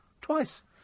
Twice